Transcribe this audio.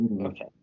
Okay